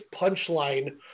punchline